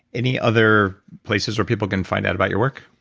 any other places where people can find out about your work?